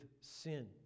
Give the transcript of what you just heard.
sin